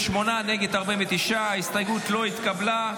בעד, 38, נגד, 49. ההסתייגות לא התקבלה.